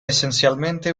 essenzialmente